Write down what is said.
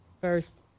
first